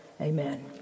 Amen